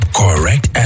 correct